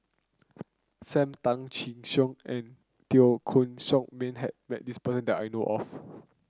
Sam Tan Chin Siong and Teo Koh Sock Miang has met this person that I know of